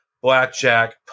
blackjack